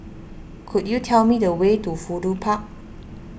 could you tell me the way to Fudu Park